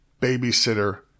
babysitter